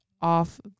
off